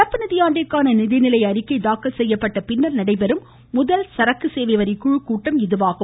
நடப்பு நிதியாண்டிற்கான நிதிநிலை அறிக்கை தாக்கல் செய்யப்பட்ட பின் நடைபெறும் முதல் சரக்கு சேவை வரி குழுக்கூட்டம் இதுவாகும்